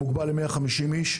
מוגבל ל-150 אנשים.